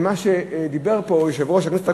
למה שאמר פה יושב-ראש הכנסת הקודם,